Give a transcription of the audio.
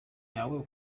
yawe